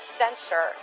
censor